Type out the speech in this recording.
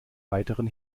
weiteren